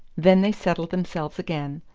then they settled themselves again,